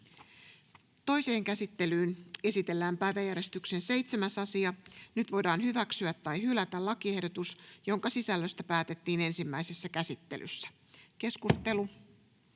Toiseen käsittelyyn esitellään päiväjärjestyksen 4. asia. Nyt voidaan hyväksyä tai hylätä lakiehdotus, jonka sisällöstä päätettiin ensimmäisessä käsittelyssä. — Keskustelua,